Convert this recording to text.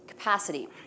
Capacity